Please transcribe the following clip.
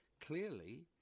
Clearly